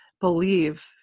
believe